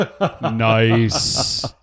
Nice